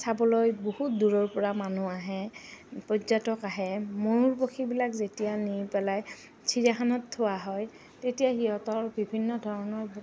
চাবলৈ বহুত দূৰৰ পৰা মানুহ আহে পৰ্যটক আহে মূয়ৰ পক্ষীবিলাক যেতিয়া নি পেলাই চিৰিয়াখানত থোৱা হয় তেতিয়া সিহঁতৰ বিভিন্ন ধৰণৰ